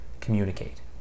communicate